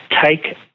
take